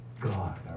God